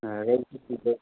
ꯔꯧꯁꯤ